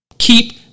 keep